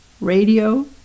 radio